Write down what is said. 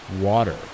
...water